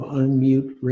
unmute